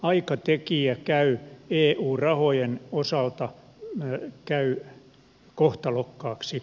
aikatekijä käy eu rahojen osalta kohtalokkaaksi